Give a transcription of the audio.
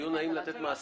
הדיון הוא האם לתת מאסר.